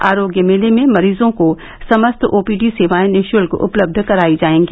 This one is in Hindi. आरोग्य मेले में मरीजों को समस्त ओपीडी सेवाएं निःशुल्क उपलब्ध करायी जायेंगी